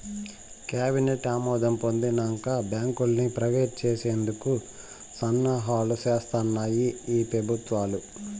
cabinet ఆమోదం పొందినంక బాంకుల్ని ప్రైవేట్ చేసేందుకు సన్నాహాలు సేస్తాన్నాయి ఈ పెబుత్వాలు